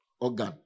organ